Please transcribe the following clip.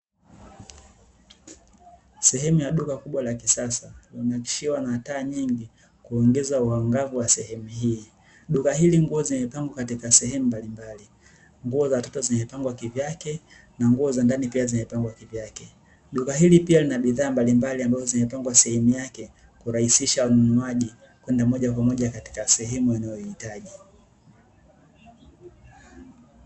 Sehemu ya duka kubwa la kisasa lililonakshiwa na taa nyingi kuongeza uangavu wa sehemu hii. Duka hili nguo zimepangwa katika sehemu mbalimbali, nguo za watoto zimepangwa kivyake na nguo za ndani pia zimepangwa kivyake. Duka hili pia lina bidhaa mbalimbali ambazo zimepangwa sehemu yake kurahisisha wanunuaji kwenda moja kwa moja katika sehemu wanayoihitaji.